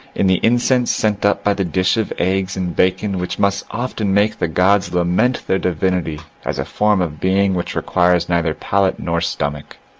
in the incense sent up by the dish of eggs and bacon which must often make the gods lament their divinity as a form of being which requires neither palate nor stomach.